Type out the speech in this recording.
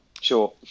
sure